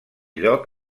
lloc